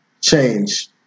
change